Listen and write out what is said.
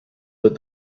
that